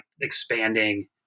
expanding